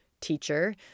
teacher